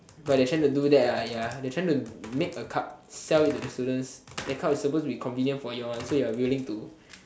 but they trying do that ya they trying to make a cup sell it to the students that cup is suppose to be convenient for you all so you are willing to